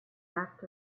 act